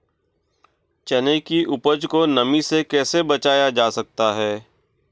चने की उपज को नमी से कैसे बचाया जा सकता है?